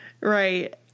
Right